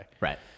Right